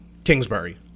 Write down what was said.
Kingsbury